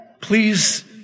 Please